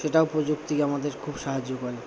সেটাও প্রযুক্তি আমাদের খুব সাহায্য করে